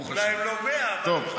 אולי הם לא בני 100, אבל הם חיים.